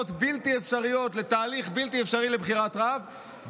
בלתי אפשריות לתהליך בלתי אפשרי לבחירת רב,